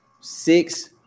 six